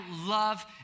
love